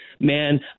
Man